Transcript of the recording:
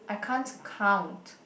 I can't count